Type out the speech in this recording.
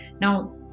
Now